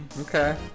Okay